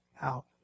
out